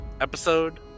episode